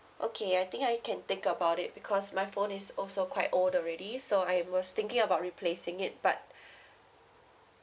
okay I think I can think about it because my phone is also quite old already so I was thinking about replacing it but